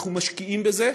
אנחנו משקיעים בזה,